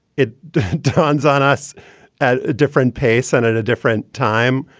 it turns on us at a different pace and at a different time.